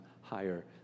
higher